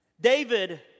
David